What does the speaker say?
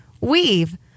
weave